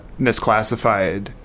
misclassified